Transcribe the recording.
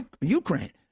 ukraine